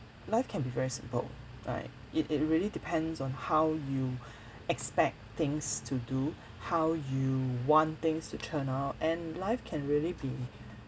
life can be very simple right it it really depends on how you expect things to do how you want things to turn out and life can really be